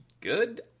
good